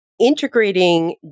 integrating